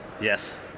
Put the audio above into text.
Yes